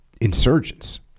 insurgents